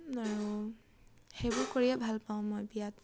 আৰু সেইবোৰ কৰিয়ে ভাল পাওঁ মই বিয়াত